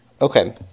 Okay